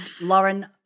Lauren